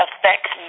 affects